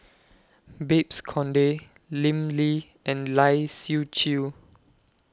Babes Conde Lim Lee and Lai Siu Chiu